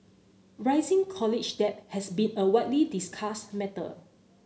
rising college debt has been a widely discussed matter